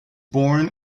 born